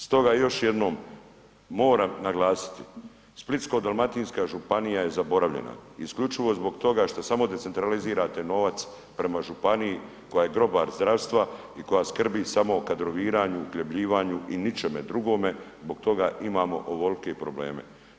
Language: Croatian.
Stoga još jednom moram naglasiti, Splitsko-dalmatinska županija je zaboravljena isključivo zbog toga što samo decentralizirate novac prema županiji koja je grobar zdravstva i koja skrbi samo o kadroviranju, uhljebljivanju i ničemu drugome zbog toga imamo ovolike probleme.